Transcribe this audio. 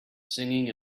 singing